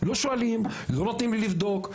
לא שואלים, לא נותנים לי לבדוק.